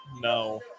No